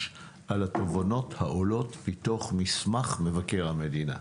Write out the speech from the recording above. על התובנות שעולות מתוך מסמך מבקר המדינה.